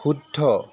শুদ্ধ